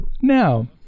Now